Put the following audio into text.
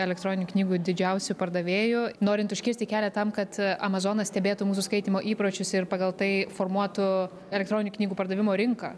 elektroninių knygų didžiausiu pardavėju norint užkirsti kelią tam kad amazonas stebėtų mūsų skaitymo įpročius ir pagal tai formuotų elektroninių knygų pardavimo rinką